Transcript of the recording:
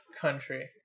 country